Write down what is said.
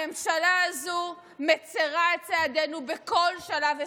הממשלה הזו מצירה את צעדינו בכל שלב ושלב,